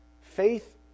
Faith